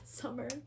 summer